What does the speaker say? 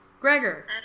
Gregor